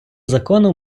закону